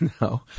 No